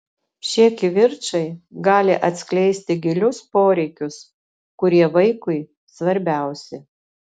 šie kivirčai gali atskleisti gilius poreikius kurie vaikui svarbiausi